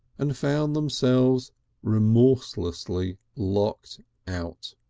and found themselves remorselessly locked out.